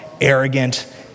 arrogant